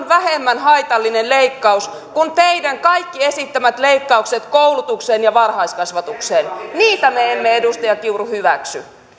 vähemmän haitallinen leikkaus kuin teidän kaikki esittämänne leikkaukset koulutukseen ja varhaiskasvatukseen niitä me emme edustaja kiuru hyväksy